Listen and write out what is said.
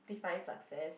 define success